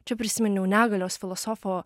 čia prisiminiau negalios filosofo